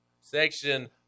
Section